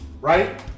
right